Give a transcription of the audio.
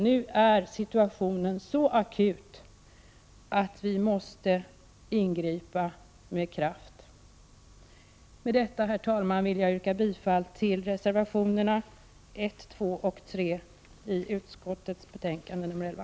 Nu är situationen så akut att vi måste ingripa med kraft. Med detta, herr talman, yrkar jag bifall till reservationerna 1, 2 och 3 i finansutskottets betänkande 11.